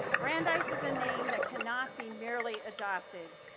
brandeis is a name that cannot be merely adopted.